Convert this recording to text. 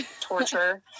torture